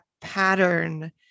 pattern